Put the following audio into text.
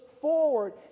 forward